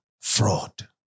fraud